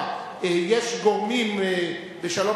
אנחנו מייד מונעים זאת ממנו.